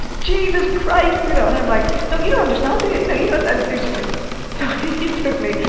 jesus christ, you know, and i'm like, so you don't understand, do you? you know you don't and he's just like so he took me,